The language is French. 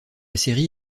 série